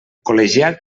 col·legiat